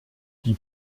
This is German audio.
die